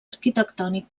arquitectònic